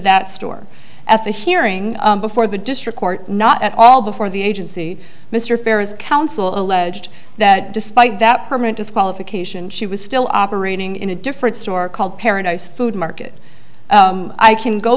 that store at the hearing before the district court not at all before the agency mr farris counsel alleged that despite that permanent disqualification she was still operating in a different store called paradise food market i can go